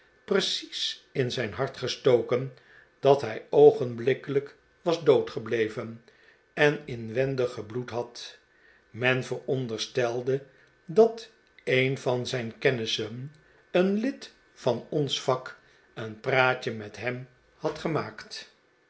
precies in zijn hart gestoken dat hij oogenblikkelijk was doodgebleven en inwendig gebloed had men veronderstelde dat een van zijn kennissen een lid van ons vak een praatje met hem had gemaakt